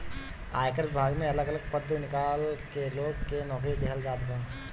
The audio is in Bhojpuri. आयकर विभाग में अलग अलग पद निकाल के लोग के नोकरी देहल जात बा